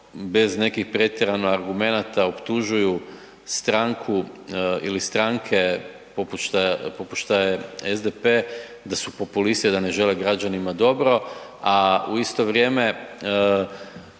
bez nekih pretjerano argumenata optužuju stranku ili stranke poput šta je SDP da su populisti da ne žele građanima dobro, a u isto vrijeme